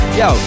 yo